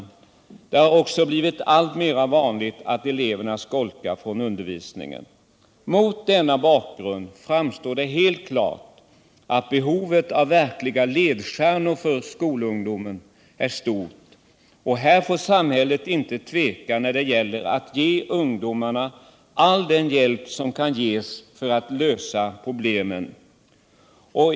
Det har också blivit alltmer vanligt att eleverna skolkar från undervisningen. Mot denna bakgrund framstår det helt klart att behovet av verkliga ledstjärnor för skolungdomarna är stort, och här får samhället inte tveka när det gäller att ge ungdomarna all den hjälp som kan ges för att lösa problemen.